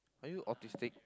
are you autistic